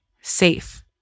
safe